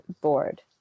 board